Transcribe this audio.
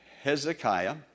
Hezekiah